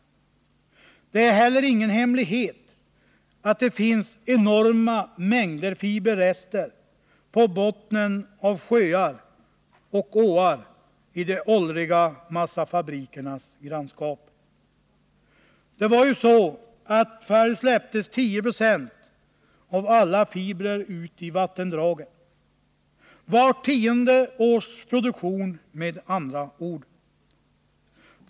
Det är inte heller någon hemlighet att det i de åldriga massafabrikernas grannskap finns enorma mängder fiberrester på bottnen av sjöar och åar. Förr släpptes ju 10 26 av alla fibrer ut i vattendragen, med andra ord vart tionde års produktion.